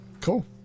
cool